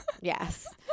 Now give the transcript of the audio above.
Yes